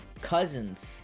Cousins